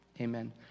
Amen